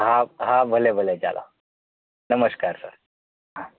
હા હા ભલે ભલે ચાલો નમસ્કાર સર હા